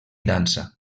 dansa